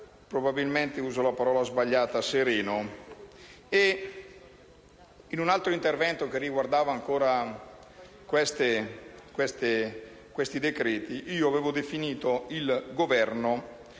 (probabilmente uso la parola sbagliata). In un altro intervento che riguardava questi decreti avevo definito il Governo